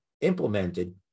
implemented